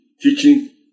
teaching